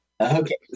Okay